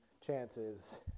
chances